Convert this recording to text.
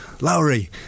Lowry